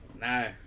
No